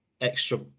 extra